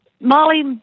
Molly